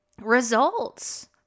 results